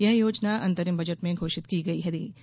यह योजना अंतरिम बजट में घोषित की गई थी